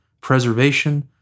preservation